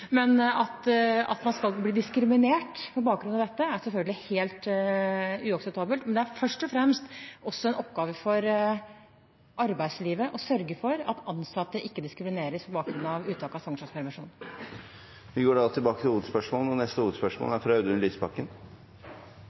At man skal bli diskriminert på bakgrunn av dette, er selvfølgelig helt uakseptabelt, men det er først og fremst en oppgave for arbeidslivet å sørge for at ansatte ikke diskrimineres på bakgrunn av uttak av svangerskapspermisjon. Vi går til neste hovedspørsmål. Da vil jeg vil be arbeidsministeren om å komme tilbake,